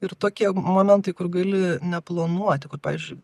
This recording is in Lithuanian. ir tokie momentai kur gali neplanuoti kur pavyzdžiui